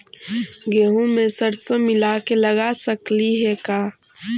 गेहूं मे सरसों मिला के लगा सकली हे का?